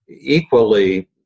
equally